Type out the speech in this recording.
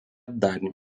dar